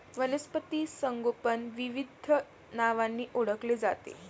वनस्पती संगोपन विविध नावांनी ओळखले जाते